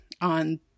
on